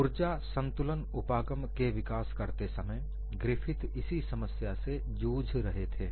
ऊर्जा संतुलन उपागम के विकास करते समय ग्रिफिथ इसी समस्या से जूझ रहे थे